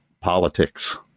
politics